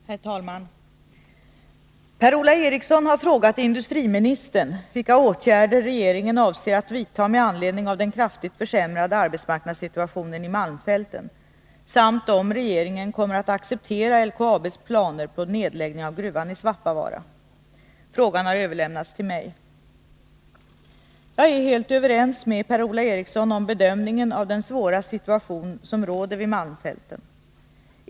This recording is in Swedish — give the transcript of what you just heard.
Herr talman! Per-Ola Eriksson har frågat industriministern vilka åtgärder regeringen avser att vidta med anledning av den kraftigt försämrade arbetsmarknadssituationen i malmfälten samt om regeringen kommer att acceptera LKAB:s planer på nedläggning av gruvan i Svappavaara. Frågan har överlämnats till mig. Jag är helt överens med Per-Ola Eriksson om bedömningen av den svåra situation som råder vid malmfälten.